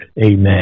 Amen